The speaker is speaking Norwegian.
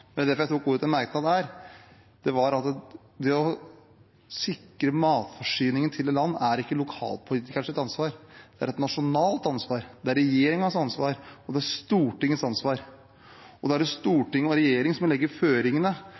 jeg tok ordet til en merknad her, var at det å sikre matforsyningen til et land ikke er lokalpolitikeres ansvar, det er et nasjonalt ansvar. Det er regjeringens og Stortingets ansvar, og da er det Stortinget og regjeringen som må legge føringene